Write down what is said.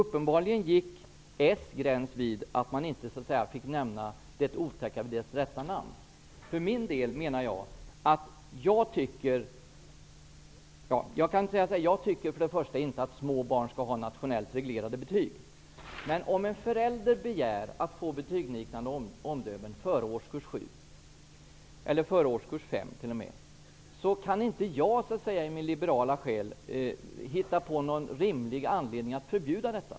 Uppenbarligen gick Socialdemokraternas gräns vid att man inte fick nämna det otäcka vid dess rätta namn. Jag tycker inte att små barn skall få nationellt reglerade betyg. Men om en förälder begär att få betygsliknande omdömen redan före årskurs 5, kan inte jag i min liberala själa hitta på någon rimlig anledning att förbjuda detta.